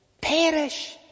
perish